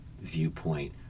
viewpoint